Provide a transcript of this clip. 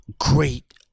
Great